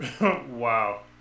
Wow